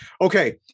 Okay